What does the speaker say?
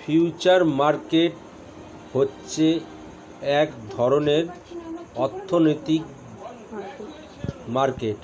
future market হচ্ছে এক ধরণের আর্থিক মার্কেট